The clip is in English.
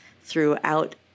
throughout